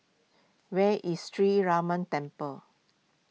where is Sree Ramar Temple